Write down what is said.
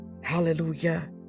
Hallelujah